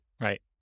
Right